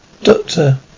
Doctor